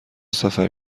سفر